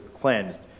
cleansed